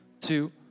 Two